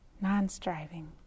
non-striving